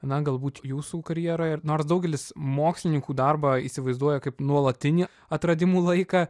na galbūt jūsų karjeroje nors daugelis mokslininkų darbą įsivaizduoja kaip nuolatinį atradimų laiką